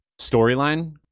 storyline